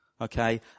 Okay